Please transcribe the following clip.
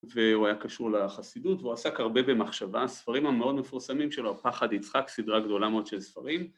והוא היה קשור לחסידות, והוא עסק הרבה במחשבה. ספרים המאוד מפורסמים שלו, "פחד יצחק", סדרה גדולה מאוד של ספרים.